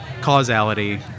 causality